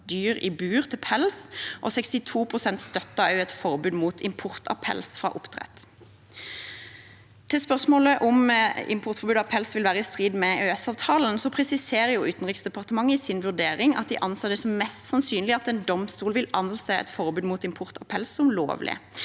dyr i bur til pels, og 62 pst. støttet også et forbud mot import av pels fra oppdrett. Til spørsmålet om importforbud av pels vil være i strid med EØS-avtalen, presiserer Utenriksdepartementet i sin vurdering at de anser det som mest sannsynlig at en domstol vil anse et forbud mot import av pels som lovlig.